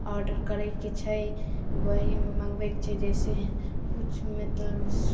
order करैके छै वही मँगबैके छै जइसे किछु मतलब